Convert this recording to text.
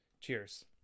cheers